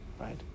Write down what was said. Right